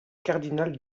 cardinal